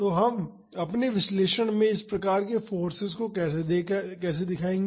तो हम अपने विश्लेषण में इस प्रकार के फोर्सेज को कैसे दिखाएंगे